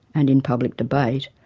and in public debate,